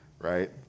right